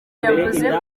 yavuze